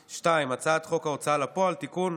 2. הצעת חוק ההוצאה לפועל (תיקון,